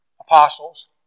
apostles